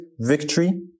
victory